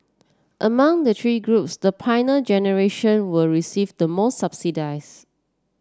among the three groups the Pioneer Generation were receive the more subsidies